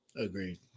Agreed